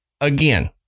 again